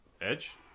Edge